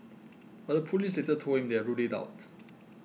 but the police later told him they had ruled it out